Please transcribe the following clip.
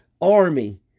army